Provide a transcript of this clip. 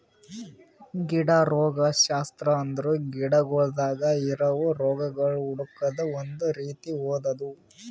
ಗಿಡ ರೋಗಶಾಸ್ತ್ರ ಅಂದುರ್ ಗಿಡಗೊಳ್ದಾಗ್ ಇರವು ರೋಗಗೊಳ್ ಹುಡುಕದ್ ಒಂದ್ ರೀತಿ ಓದದು